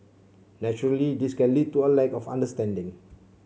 naturally this can lead to a lack of understanding